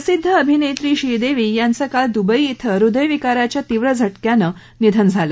प्रसिध्द अभिनेत्री श्रीदेवी यांचं काल दुबई इथं हृदयविकाराच्या तीव्र धक्क्यानं निधन झालं